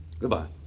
Goodbye